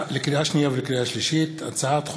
לקריאה שנייה ולקריאה שלישית: הצעת חוק